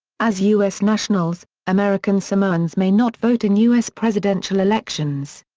as u s. nationals, american samoans may not vote in u s. presidential elections.